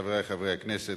חברי חברי הכנסת,